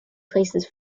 places